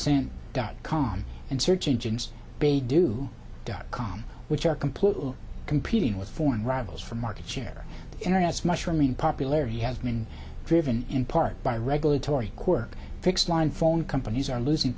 cent dot com and search engines bay do dot com which are completely competing with foreign rivals for market share and as mushrooming popularity has been driven in part by regulatory quirk fixed line phone companies are losing